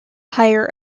higher